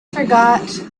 forgot